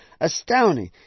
astounding